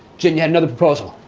jen, you had another proposal.